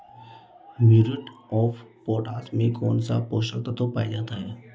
Muriate of potash में कौन सा पोषक तत्व पाया जाता है?